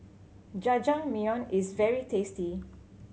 Jajangmyeon is very tasty